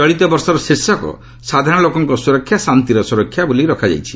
ଚଳିତ ବର୍ଷର ଶୀର୍ଷକ 'ସାଧାରଣ ଲୋକଙ୍କ ସୁରକ୍ଷା ଶାନ୍ତିର ସୁରକ୍ଷା' ରହିଛି